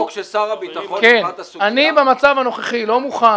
אני במצב הנוכחי לא מוכן.